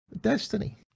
destiny